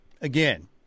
again